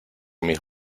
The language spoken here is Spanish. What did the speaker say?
mis